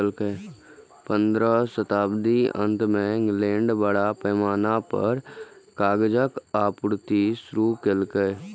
पंद्रहम शताब्दीक अंत मे इंग्लैंड बड़ पैमाना पर कागजक आपूर्ति शुरू केलकै